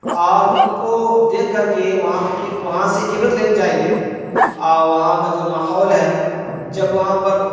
اور ان کو دیکھ کر کے وہاں پہ وہاں سے عبرت لینی چاہیے اور وہاں کا جو ماحول ہے جب وہاں پر